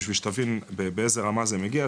בשביל שתבין באיזה רמה זה מגיע.